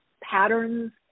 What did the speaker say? patterns